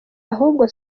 ahubwo